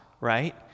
right